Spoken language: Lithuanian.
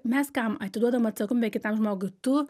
mes kam atiduodam atsakomybę kitam žmogui tu